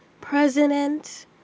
President